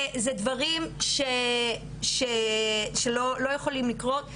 זה דברים שלא יכולים לקרות,